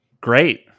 Great